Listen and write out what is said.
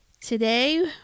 Today